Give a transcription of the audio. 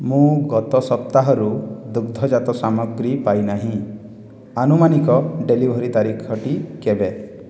ମୁଁ ଗତ ସପ୍ତାହରୁ ଦୁଗ୍ଧଜାତ ସାମଗ୍ରୀ ପାଇନାହିଁ ଆନୁମାନିକ ଡେଲିଭରି ତାରିଖଟି କେବେ